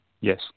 Yes